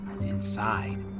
Inside